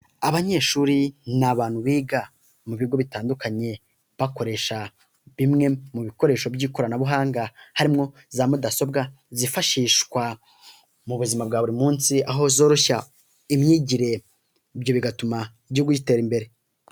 Abanyeshuri ni abantu biga mu bigo bitandukanye, bakoresha bimwe mu bikoresho by'ikoranabuhanga harimo za mudasobwa zifashishwa mu buzima bwa buri munsi, aho zoroshya imyigire, ibyo bigatuma igihugu gitera imbere.